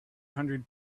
hundred